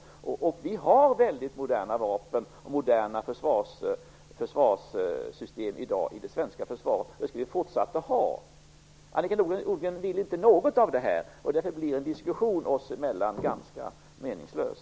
Det svenska försvaret har i dag väldigt moderna vapen och moderna försvarssystem, och det skall vi fortsätta att ha. Annika Nordgren vill inte något av det här, och därför blir en diskussion oss emellan ganska meningslös.